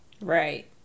Right